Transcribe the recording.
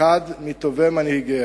אחד מטובי מנהיגיה.